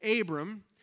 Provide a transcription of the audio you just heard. Abram